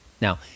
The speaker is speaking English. Now